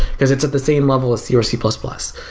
because it's at the same level of c or c plus plus.